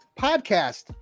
podcast